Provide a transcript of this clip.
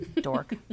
Dork